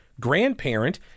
grandparent